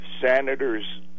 senators